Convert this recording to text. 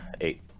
eight